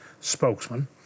spokesman